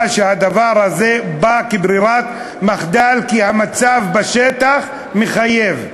שהדבר הזה בא כברירת מחדל כי המצב בשטח מחייב.